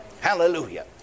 Hallelujah